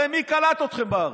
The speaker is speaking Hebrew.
הרי מי קלט אתכם בארץ?